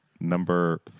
number